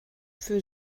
für